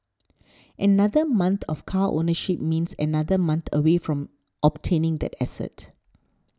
another month of car ownership means another month away from obtaining that asset